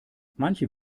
manche